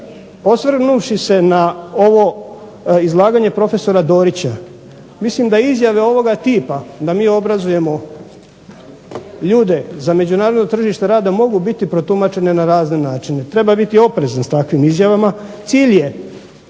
osvrnuvši se na ovo izlaganje prof. Dorića mislim da izjave ovoga tipa da mi obrazujemo ljude za međunarodno tržište rada mogu biti protumačene na razne načine. Treba biti oprezan s takvim izjavama.